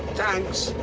thanks!